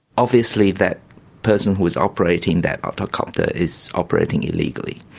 obviously that person who is operating that octocopter is operating illegally.